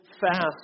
fast